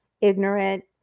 ignorant